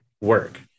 work